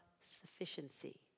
sufficiency